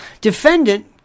defendant